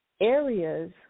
areas